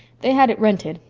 they had it rented.